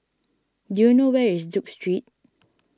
do you know where is Duke Street